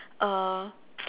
uh